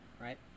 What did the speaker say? right